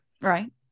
right